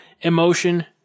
emotion